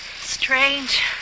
Strange